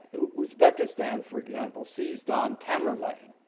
uzbekistan for example seized on tamerlane,